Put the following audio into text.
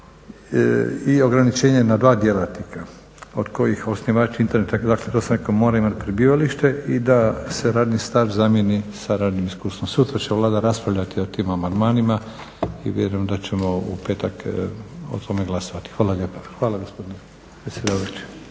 i ograničenje na dva djelatnika, od kojih osnivač interneta, dakle to sam rekao mora imat prebivalište i da se radni staž zamijeni sa radnim iskustvom. Sutra će Vlada raspravljati o tim amandmanima i vjerujem da ćemo u petak o tome glasovati. Hvala lijepa. **Stazić,